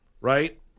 Right